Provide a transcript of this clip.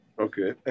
okay